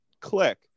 click